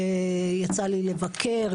יצא לי לבקר,